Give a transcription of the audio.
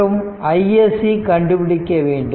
மற்றும் iSC கண்டுபிடிக்க வேண்டும்